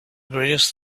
greatest